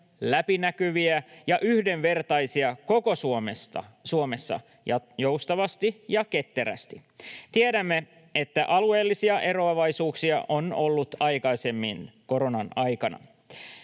läpinäkyviä ja yhdenvertaisia koko Suomessa, joustavasti ja ketterästi. Tiedämme, että aikaisemmin koronan aikana